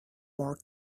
more